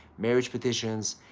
marriage petitions,